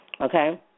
okay